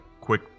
quick